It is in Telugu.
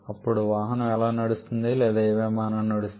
అప్పుడు వాహనం ఎలా నడుస్తోంది లేదా మీ విమానం ఎలా నడుస్తోంది